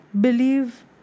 believe